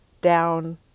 down